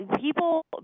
People